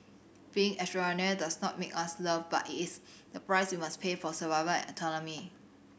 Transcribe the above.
being extraordinary does not make us loved but it is the price we must pay for survival and autonomy